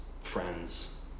friends